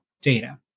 data